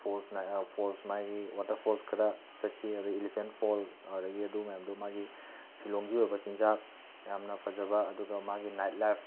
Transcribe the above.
ꯐꯣꯜꯁꯅ falls ꯃꯥꯒꯤ waterfalls ꯈꯔ ꯆꯠꯈꯤ ꯑꯗꯒꯤ ꯏꯂꯤꯐꯦꯟ ꯐꯣꯜ ꯑꯗꯨꯗꯒꯤ ꯑꯗꯨ ꯃꯌꯥꯝꯗꯣ ꯃꯥꯒꯤ ꯁꯤꯂꯣꯡꯒꯤ ꯑꯣꯏꯕ ꯆꯤꯟꯖꯥꯛ ꯌꯥꯝꯅ ꯐꯖꯕ ꯑꯗꯨꯒ ꯃꯥꯒꯤ ꯅꯥꯏꯠ ꯂꯥꯏꯐ